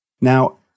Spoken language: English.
Now